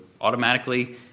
automatically